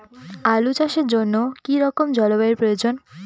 আলু চাষের জন্য কি রকম জলবায়ুর প্রয়োজন?